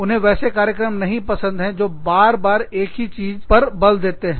उन्हें वैसे कार्यक्रम नहीं पसंद पसंद है जो बार बार एक ही चीज पर बल देते हैं